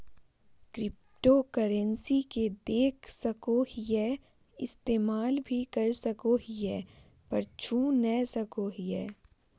cryptocurrency के देख सको हीयै इस्तेमाल भी कर सको हीयै पर छू नय सको हीयै